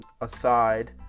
aside